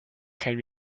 can